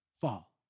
fall